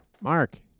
Mark